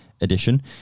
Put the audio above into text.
edition